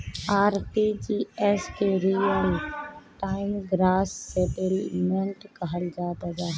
RTGS के real time gross settlement कहल जात हवे